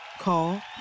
Call